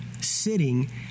sitting